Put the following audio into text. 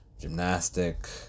gymnastic